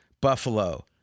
Buffalo